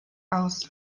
aus